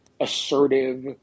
assertive